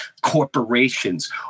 corporations